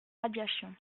radiations